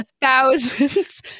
thousands